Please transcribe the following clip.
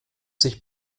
sich